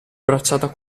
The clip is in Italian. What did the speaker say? bracciata